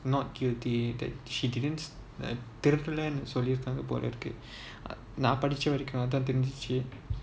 not guilty that she didn't uh திறக்கலாம்னு சொல்லிருக்காங்க போலிருக்கு நான் படிச்ச வரைக்கும் அதான் தெரிஞ்சுச்சு:thirakalaamnu sollirukaanga poliruku naan padicha varaikum athaan therinjichu